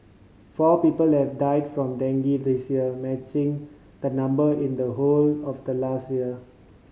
four people have died from dengue this year matching the number in the whole of last year